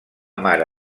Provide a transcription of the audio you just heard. mare